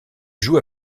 joue